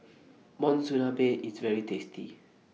Monsunabe IS very tasty